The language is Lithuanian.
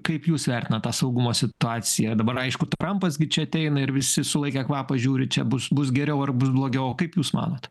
kaip jūs vertinat saugumo situaciją dabar aišku trampas gi čia ateina ir visi sulaikę kvapą žiūri čia bus bus geriau ar bus blogiau kaip jūs manote